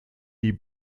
die